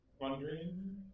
wondering